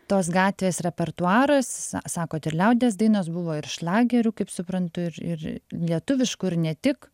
tos gatvės repertuaras sa sakot ir liaudies dainos buvo ir šlagerių kaip suprantu ir ir lietuviškų ir ne tik